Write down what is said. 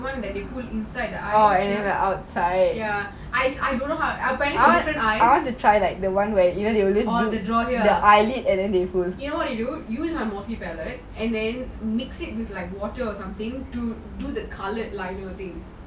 apparently on different eyes oh the draw here ah you know what they do they put the whole palette and mix with like water or something do the coloured eye